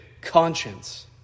conscience